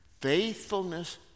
Faithfulness